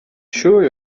sure